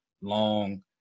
long